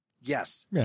Yes